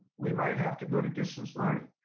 we might have to go to distance learning.